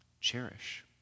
Cherish